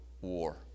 war